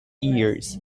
years